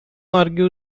argue